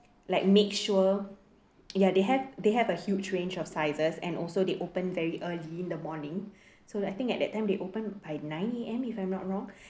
like make sure ya they have they have a huge range of sizes and also they open very early in the morning so I think at that time they open by nine A_M if I'm not wrong